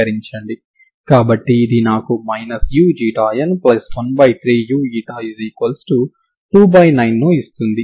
కాబట్టి ఇది నాకు uξ η13u29 ను ఇస్తుంది